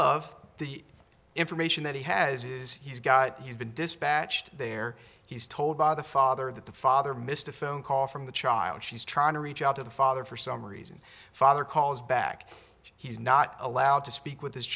of the information that he has is he's got he's been dispatched there he's told by the father that the father missed a phone call from the child she's trying to reach out to the father for some reason father calls back he's not allowed to speak with this